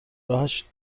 راهش